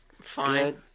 Fine